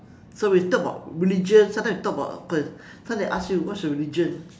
so we talk about religion sometimes we talk about sometimes they ask you what's your religion